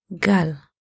Gal